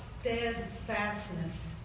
steadfastness